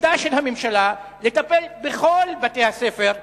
תפקיד הממשלה לטפל בכל בתי-הספר,